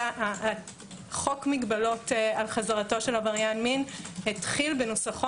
חוק מגבלות על חזרת עבריין מין התחיל בנוסחו